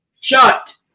shut